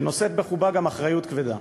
שנושאת בחובה גם אחריות כבדה.